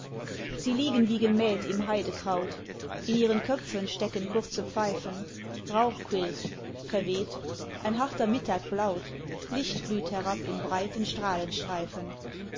sie liegen wie gemäht im heidekraut in ihren köpfen stecken kurze pfeifen rauch quillt verweht ein harter mittag blaut licht glüht herab in breiten